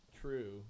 true